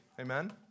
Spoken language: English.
Amen